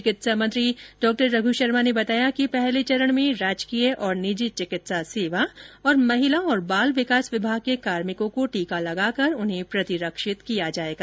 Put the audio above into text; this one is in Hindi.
चिकित्सा मंत्री डॉ रघू शर्मा ने बताया कि पहले चरण में राजकीय और निजी चिकित्सा सेवा और महिला बाल विकास विभाग के कार्मिकों को टीका लगाकर उन्हें प्रतिरक्षित किया जायेगा